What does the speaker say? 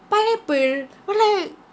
pineapple but like